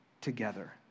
together